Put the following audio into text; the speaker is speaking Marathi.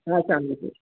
हा सांगलीतच